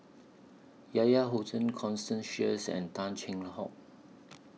Yahya Cohen Constance Sheares and Tan Cheng Hock